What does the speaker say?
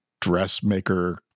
dressmaker